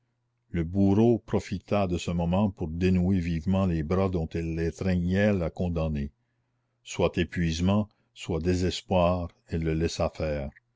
le bourreau profita de ce moment pour dénouer vivement les bras dont elle étreignait la condamnée soit épuisement soit désespoir elle le laissa faire